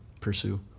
pursue